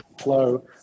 flow